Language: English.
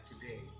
today